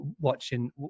watching